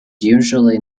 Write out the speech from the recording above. usually